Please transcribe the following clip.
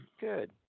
Good